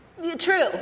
True